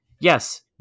Yes